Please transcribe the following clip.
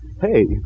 hey